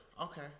okay